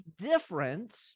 different